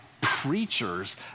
preachers